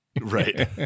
Right